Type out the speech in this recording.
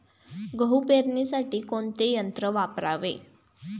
गहू पेरणीसाठी कोणते यंत्र वापरावे?